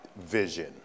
vision